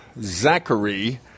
Zachary